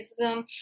racism